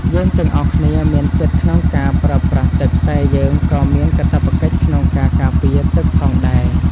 យើងទាំងអស់គ្នាមានសិទ្ធិក្នុងការប្រើប្រាស់ទឹកតែយើងក៏មានកាតព្វកិច្ចក្នុងការការពារទឹកផងដែរ។